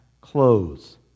clothes